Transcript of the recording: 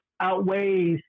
outweighs